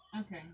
Okay